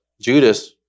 Judas